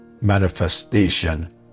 manifestation